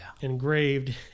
engraved